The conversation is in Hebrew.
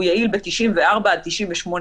הוא יעיל ב-94% עד 98%,